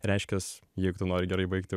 reiškias jeigu tu nori gerai baigti